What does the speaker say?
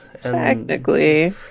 technically